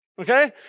Okay